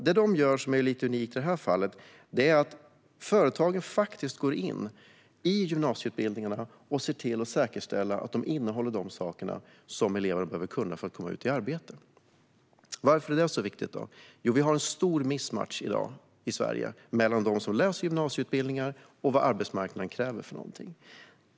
Det de gör som är lite unikt är att företagen går in i gymnasieutbildningarna och säkerställer att de innehåller de saker som eleverna behöver kunna för att komma ut i arbete. Varför är detta så viktigt? Jo, vi har en stor missmatchning i Sverige i dag mellan vad man läser på gymnasieutbildningarna och vad arbetsmarknaden kräver.